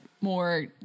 more